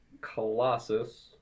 Colossus